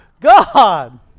God